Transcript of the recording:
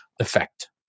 effect